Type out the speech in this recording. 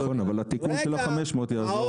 נכון, אבל התיקון של ה-500 יעזור.